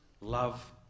love